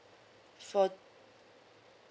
for